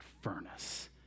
furnace